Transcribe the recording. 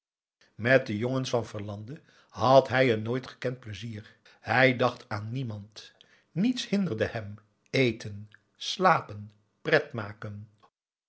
met de jongens van verlande had hij een nooit gekend pleizier hij dacht aan niemand niets hinderde hem eten slapen pret maken